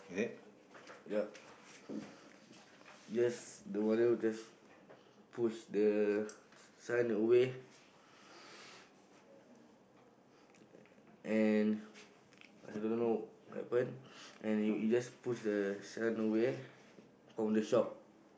is it